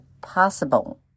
possible